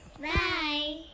bye